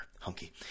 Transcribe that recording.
hunky